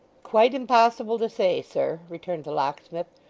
quite impossible to say, sir returned the locksmith,